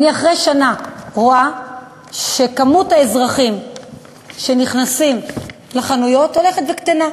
אחרי שנה אני רואה שמספר האזרחים שנכנסים לחנויות הולך וקטן.